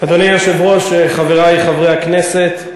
אדוני היושב-ראש, חברי חברי הכנסת,